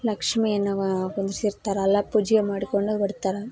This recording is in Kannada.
ಲಕ್ಷ್ಮೀಯನ್ನು ಅವ ಕುಂದ್ಸಿರ್ತಾರಲ್ವ ಪೂಜೆ ಮಾಡಿಕೊಂಡು ಬರ್ತಾರೆ